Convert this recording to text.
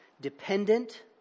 dependent